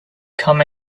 come